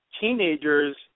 teenagers